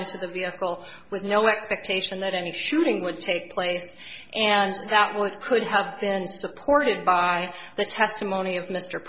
into the vehicle with no expectation that any shooting would take place and that well could have been supported by the testimony of mr